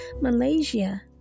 Malaysia